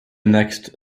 next